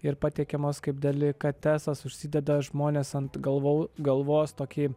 ir patiekiamos kaip delikatesas užsideda žmonės ant galvų galvos tokį